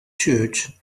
church